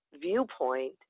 viewpoint